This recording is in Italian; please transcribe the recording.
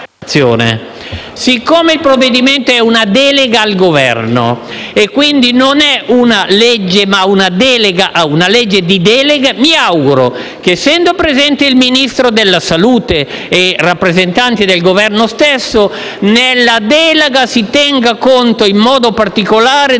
siccome il provvedimento è una delega al Governo e, quindi, non una legge, mi auguro che, essendo presente il Ministro della salute e i rappresentanti del Governo, nella delega si tenga conto in modo particolare degli